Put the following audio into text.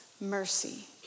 mercy